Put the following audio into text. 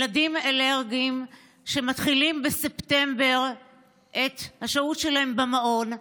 ילדים אלרגיים שמתחילים בספטמבר את השהות שלהם במעון,